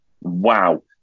wow